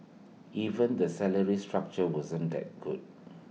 even the salary structure wasn't that good